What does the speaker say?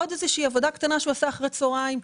עוד איזושהי עבודה קטנה שהבן אדם עשה אחר הצוהריים,